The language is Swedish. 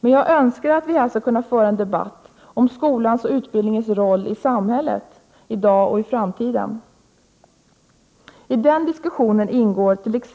Men jag önskar att vi här skall kunna föra en debatt om skolans och utbildningens roll i samhället, i dag och i framtiden. I den diskussionen ingår t.ex.